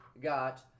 got